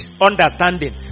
understanding